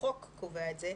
והחוק קובע את זה,